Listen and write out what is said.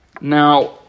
Now